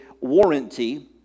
warranty